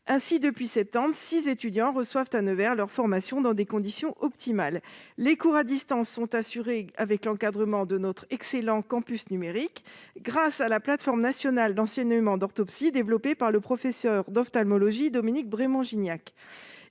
Ainsi, depuis septembre, six étudiants effectuent à Nevers leur formation dans des conditions optimales. Les cours à distance sont assurés avec l'encadrement de notre excellent campus numérique, grâce à la plateforme nationale d'enseignement d'orthoptie développée par le professeur d'ophtalmologie Dominique Brémond-Gignac.